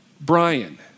Brian